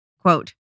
Quote